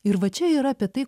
ir va čia yra apie tai